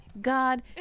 god